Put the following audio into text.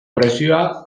presioa